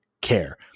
care